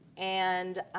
and